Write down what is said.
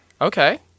Okay